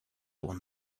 one